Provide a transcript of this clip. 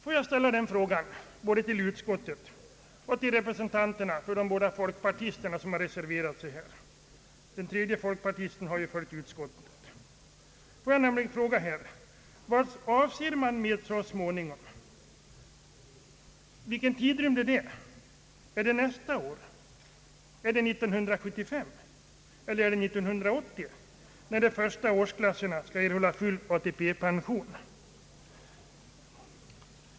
Låt mig ställa en fråga både till utskottet och till de båda folkpartireservanterna — den tredje folkpartisten i utskottet har följt utskottsmajoritetens förslag: Vad avser man med »så småningom»? Vilken tidrymd är det? är det nästa år, är det 1975, eller är det 1980 när de första årklasserna erhåller full ATP-pension?